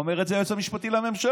אומר את זה היועץ המשפטי לממשלה.